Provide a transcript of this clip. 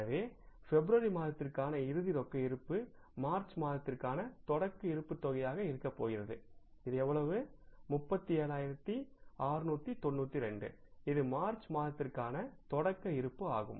எனவே பிப்ரவரி மாதத்திற்கான இறுதி ரொக்க இருப்பு மார்ச் மாதத்திற்கான தொடக்க இருப்பு தொகையாக இருக்கப் போகிறது இது எவ்வளவு 37692 இது மார்ச் மாதத்திற்கான தொடக்க இருப்பு ஆகும்